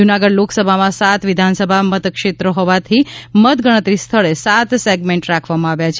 જૂનાગઢ લોકસભામાં સાત વિધાનસભા મતક્ષેત્ર હોવાથી મતગણતરી સ્થળે સાત સેગમેન્ટ રાખવામાં આવ્યા છે